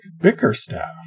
Bickerstaff